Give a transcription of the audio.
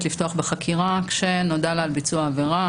לפתוח בחקירה עת נודע לה על ביצוע העבירה,